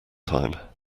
time